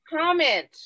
Comment